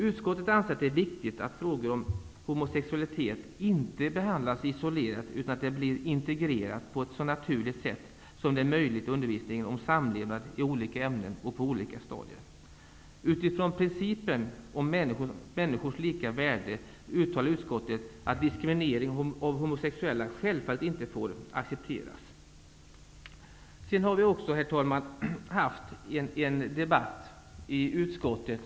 Utskottet anser att det är viktigt att frågor om homosexualitet inte behandlas isolerat, utan att det sker integrerat på ett så naturligt sätt som det är möjligt i undervisningen om samlevnad i olika ämnen och på olika stadier. Utifrån principen om människors lika värde uttalar utskottet att diskriminering av homosexuella självfallet inte får accepteras. Vi har, herr talman, fört en debatt i utskottet.